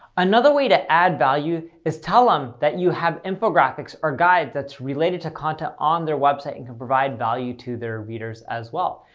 another way to add value is tell them um that you have infographics or guides that's related to content on their website and can provide value to their readers as well.